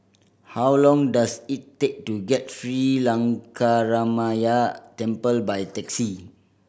how long does it take to get Sri Lankaramaya Temple by taxi